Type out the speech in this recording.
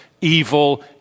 evil